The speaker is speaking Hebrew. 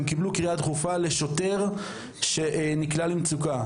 הם קיבלו קריאה דחופה לשוטר שנקלע למצוקה,